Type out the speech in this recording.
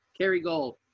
Kerrygold